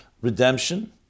Redemption